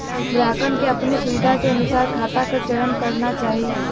ग्राहकन के अपने सुविधा के अनुसार खाता क चयन करना चाही